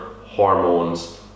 hormones